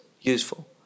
useful